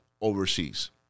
overseas